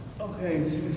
Okay